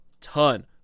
ton